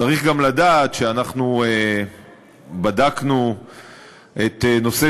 צריך גם לדעת שאנחנו בדקנו את נושא